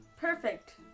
perfect